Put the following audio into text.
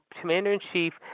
commander-in-chief